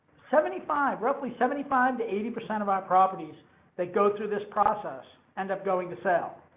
seventy five, roughly seventy five to eighty percent of our properties they go through this process end up going to sell.